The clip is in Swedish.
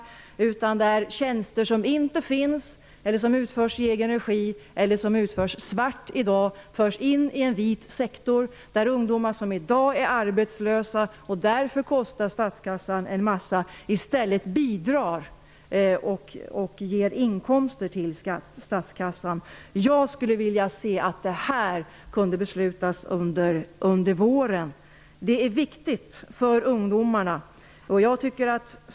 Det handlar då om tjänster som inte finns, som utförs i egen regi eller som utförs svart i dag och som förs in i en vit sektor, där ungdomar som i dag är arbetslösa och därför kostar statskassan en massa pengar i stället får bidra och ge statskassan inkomster. Jag skulle vilja se ett beslut under våren. Det är viktigt för ungdomarna.